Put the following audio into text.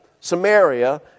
Samaria